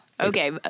Okay